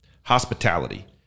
Hospitality